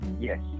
Yes